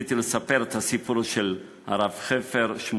רציתי לספר את הסיפור של הרב חפר, שמואל חפר.